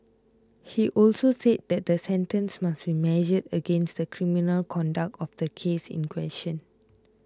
he also said that the sentence must be measured against the criminal conduct of the case in question